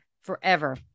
forever